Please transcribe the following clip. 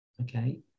okay